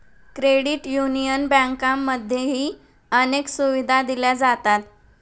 credit union बँकांमध्येही अनेक सुविधा दिल्या जातात